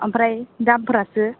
ओमफ्राय दामफोरासो